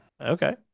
okay